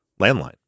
landline